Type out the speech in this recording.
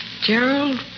Gerald